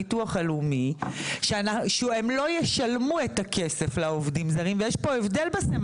במקביל לזה הביטוח הלאומי נותן לך מכתב שיפוי שאם העובד או